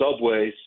subways